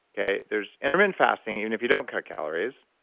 okay, there's intermittent fasting, even if you don't cut calories.